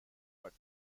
but